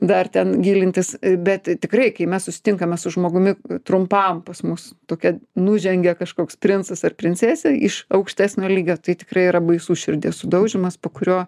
dar ten gilintis bet tikrai kai mes susitinkame su žmogumi trumpam pas mus tokia nužengia kažkoks princas ar princesė iš aukštesnio lygio tai tikrai yra baisus širdies sudaužymas po kurio